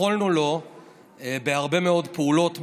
יכולנו לו בהרבה מאוד פעולות מהירות,